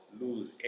lose